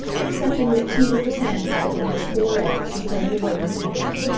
excepting that teeter the sandpiper has four eggs just a little way from here.